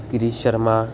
Girish Sharma